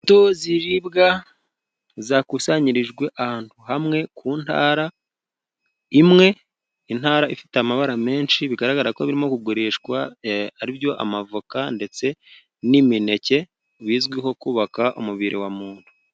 Imbuto ziribwa zakusanyirijwe ahantu hamwe ku ntara imwe, intara ifite amabara menshi bigaragara ko birimo kugurishwa, ari byo amavoka ndetse n'imineke bizwiho kubaka umubiri wa muntu.